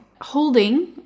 Holding